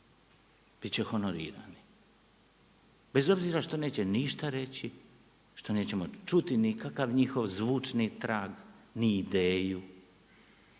će honorirani bez obzira što neće ništa reći, što nećemo čuti nikakav njihov zvučni trag ni ideju,